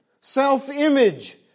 self-image